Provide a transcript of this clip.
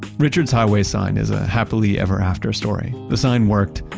richard's highway sign is a happily ever after story. the sign worked.